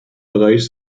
bereich